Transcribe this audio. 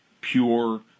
pure